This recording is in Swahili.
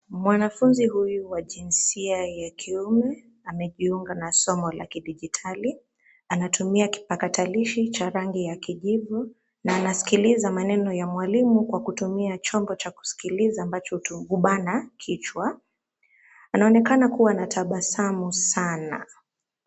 Mwanafunzi huyu wa jinsia ya kiume amejiunga na somo la kijiditali, anatumia kipatakilishi cha rangi ya kijivu na anasikiliza maneno ya mwalimu kwa kutumia chombo cha kusikiliza ambacho hubana kichwa. Anaonekana kua na tabasamu sana.